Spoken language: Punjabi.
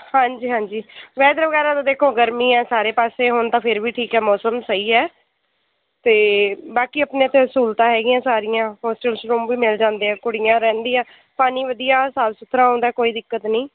ਹਾਂਜੀ ਹਾਂਜੀ ਵੈਦਰ ਵਗੈਰਾ ਤਾਂ ਦੇਖੋ ਗਰਮੀ ਹੈ ਸਾਰੇ ਪਾਸੇ ਹੁਣ ਤਾਂ ਫਿਰ ਵੀ ਠੀਕ ਹੈ ਮੌਸਮ ਸਹੀ ਹੈ ਅਤੇ ਬਾਕੀ ਆਪਣੇ ਇੱਥੇ ਸਹੂਲਤਾਂ ਹੈਗੀਆਂ ਸਾਰੀਆਂ ਹੋਸਟਲ 'ਚ ਰੂਮ ਵੀ ਮਿਲ ਜਾਂਦੇ ਹੈ ਕੁੜੀਆਂ ਰਹਿੰਦੀਆਂ ਪਾਣੀ ਵਧੀਆ ਸਾਫ਼ ਸੁਥਰਾ ਆਉਂਦਾ ਕੋਈ ਦਿੱਕਤ ਨਹੀਂ